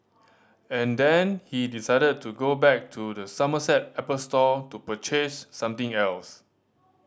and then he decided to go back to the Somerset Apple store to purchase something else